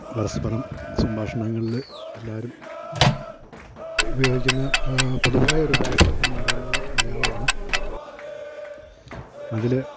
പരസ്പ്പരം സംഭാഷണങ്ങളിത എല്ലാവരും ഉപയോഗിക്കുന്ന പൊതുവായ ഒരു ഭാഷ എന്ന് പറയുന്നത് മലയാളമാണ് അതിൽ